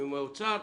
אם מהאוצר,